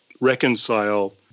reconcile